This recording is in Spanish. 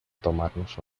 tomarnos